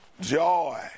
joy